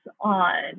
on